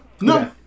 no